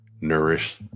nourish